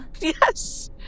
Yes